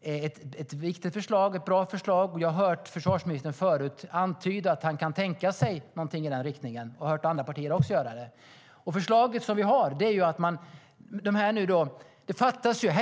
är ett viktigt och bra förslag. Jag har hört försvarsministern tidigare antyda att han kan tänka sig något i den riktningen, och jag har också hört andra partier göra det.